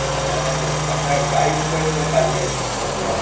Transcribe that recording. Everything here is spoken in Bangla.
তো আমার একটা গাড়ি বুক করেছিলাম কালকে গতকাল